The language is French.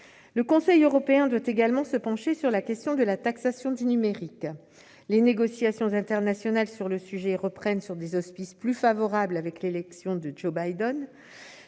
Le Conseil européen doit également se pencher sur la question de la taxation du numérique. Les négociations internationales sur le sujet reprennent sous des auspices plus favorables avec l'élection de Joe Biden.